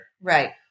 Right